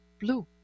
blue